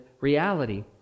reality